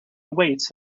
awaits